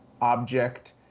object